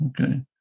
okay